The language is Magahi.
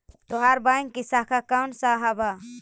तोहार बैंक की शाखा कौन सा हवअ